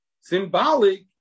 symbolic